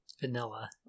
Vanilla